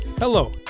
Hello